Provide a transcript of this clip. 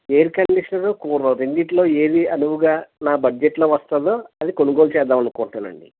air conditioner cooler రెండిట్లో ఏది అనవుగా నా బడ్జెట్లో వస్తుందో అది కొనుగోలు చేద్దామనుకుంటున్నానండి